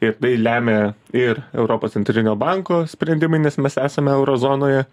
ir tai lemia ir europos centrinio banko sprendimai nes mes esame euro zonoje